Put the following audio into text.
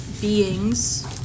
beings